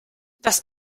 das